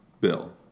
bill